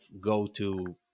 go-to